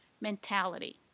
mentality